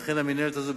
לכן המינהלת הזאת,